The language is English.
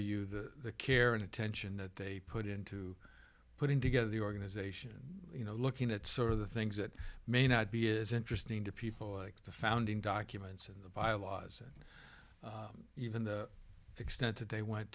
you the care and attention that they put into putting together the organization you know looking at sort of the things that may not be is interesting to people like the founding documents and the bylaws and even the extent that they went